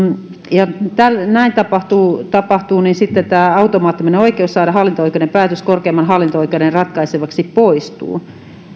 kun näin tapahtuu tapahtuu niin sitten automaattinen oikeus saada hallinto oikeuden päätös korkeimman hallinto oikeuden ratkaistavaksi poistuu